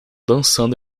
dançando